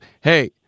Hey